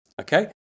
okay